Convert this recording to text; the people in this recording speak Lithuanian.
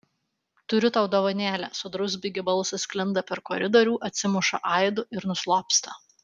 turiu tau dovanėlę sodrus bigi balsas sklinda per koridorių atsimuša aidu ir nuslopsta